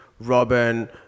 Robin